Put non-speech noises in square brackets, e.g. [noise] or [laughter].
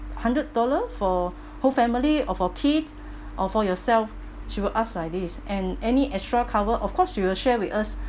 hundred dollar for whole family or for kid or for yourself she will ask like this and any extra cover of course she will share with us [breath]